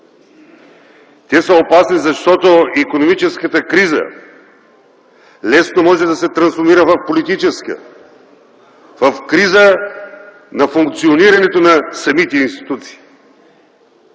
Те са опасни, защото икономическата криза лесно може да се трансформира в политическа, в криза на функционирането на самите институции.